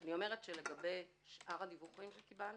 אני אומרת שלגבי שאר הדיווחים שקיבלנו,